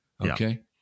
Okay